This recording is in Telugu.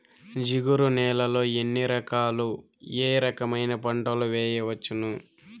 జిగురు నేలలు ఎన్ని రకాలు ఏ రకమైన పంటలు వేయవచ్చును?